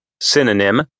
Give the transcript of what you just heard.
Synonym